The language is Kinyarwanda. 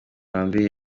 lambert